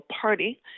Party